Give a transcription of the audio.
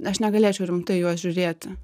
aš negalėčiau rimtai į juos žiūrėti